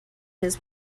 his